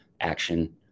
action